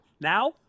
now